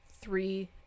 three